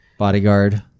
bodyguard